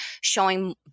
showing